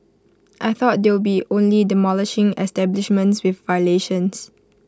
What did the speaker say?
I thought they'll be only demolishing establishments with violations